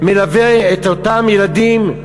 וליוויתי את אותם ילדים,